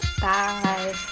Bye